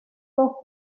dos